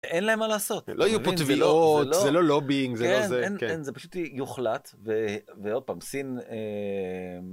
אין להם מה לעשות לא יהיו פה טביעות זה לא לוביינג זה לא זה זה פשוט יוחלט ועוד פעם סין.